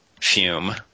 fume